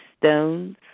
stones